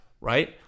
right